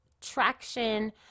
traction